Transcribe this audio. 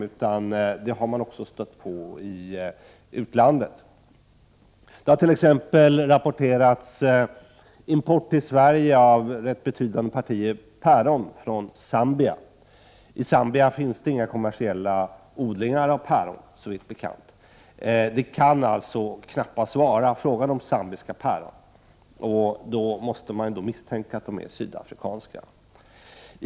Man har också stött på problemet i utlandet. T.ex. har import till Sverige av betydande partier päron från Zambia rapporterats. I Zambia finns inga kommersiella päronodlingar, såvitt bekant. Det kan alltså knappast vara frågan om zambiska päron. Man måste då misstänka att de är sydafrikanska.